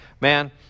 Man